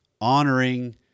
honoring